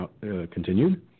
continued